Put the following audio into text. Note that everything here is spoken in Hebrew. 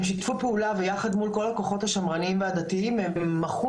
הם שיתפו פעולה ויחד מול כל הכוחות השמרניים והדתיים מחקו